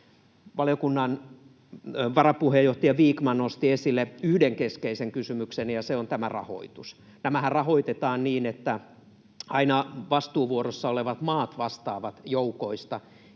Valiokunnan varapuheenjohtaja Vikman nosti esille yhden keskeisen kysymyksen, ja se on rahoitus. Nämähän rahoitetaan niin, että aina vastuuvuorossa olevat maat vastaavat joukoista,